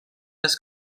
les